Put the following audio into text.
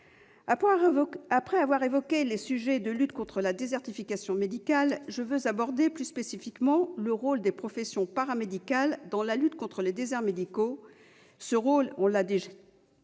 Après avoir évoqué les outils de lutte contre la désertification médicale, j'aborderai plus spécifiquement maintenant le rôle des professions paramédicales dans la lutte contre les déserts médicaux. Ce rôle, cela a